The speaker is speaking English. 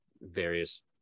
various